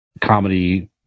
comedy